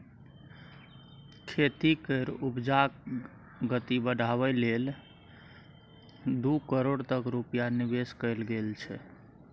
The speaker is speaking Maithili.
खेती केर उपजाक गति बढ़ाबै लेल दू करोड़ तक रूपैया निबेश कएल गेल छै